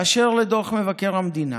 באשר לדוח מבקר המדינה,